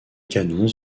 canons